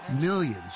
millions